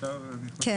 אפשר --- כן,